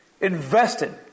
invested